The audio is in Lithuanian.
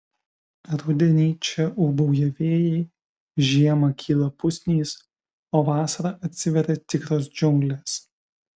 rudenį čia ūbauja vėjai žiemą kyla pusnys o vasarą atsiveria tikros džiunglės